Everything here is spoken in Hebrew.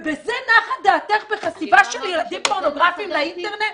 ובזה נחה דעתך בחשיפה של ילדים לפורנוגרפיה באינטרנט?